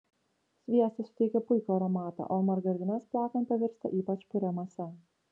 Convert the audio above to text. sviestas suteikia puikų aromatą o margarinas plakant pavirsta ypač puria mase